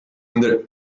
under